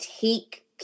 take